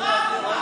המדינה